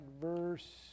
verse